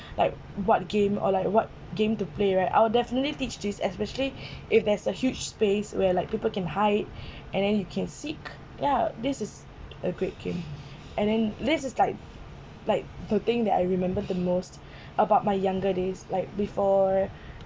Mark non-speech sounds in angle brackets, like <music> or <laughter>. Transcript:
<breath> like what game or like what game to play right I will definitely teach this especially <breath> if there is a huge space where like people can hide <breath> and then you can seek yeah this is a great game and then this is like like the thing that I remembered the most <breath> about my younger days like before